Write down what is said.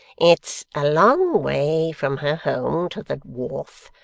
it's a long way from her home to the wharf,